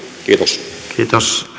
kiitos kiitos